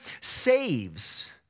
saves